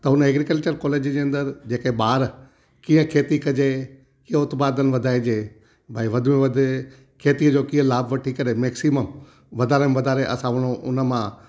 त हुन agriculture college जे अंदरि जेके ॿार कीअं खेती कजे कीअं उतपादन वधाइजे भई वध में वधि खेतीअ जो कीअं लाभ वठी करे मैक्सिमम वधारे में वधारे असां उन हुन मां